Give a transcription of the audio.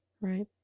right